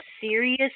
serious